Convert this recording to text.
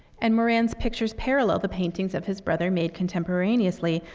and moran's pictures parallel the paintings of his brother made contemporaneously,